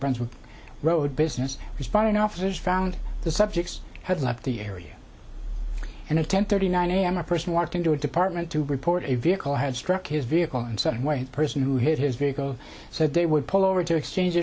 brunswick road business responding officers found the subjects had left the area and at ten thirty nine a m a person walked into a department to report a vehicle had struck his vehicle and said wait person who hit his vehicle so they would pull over to exchange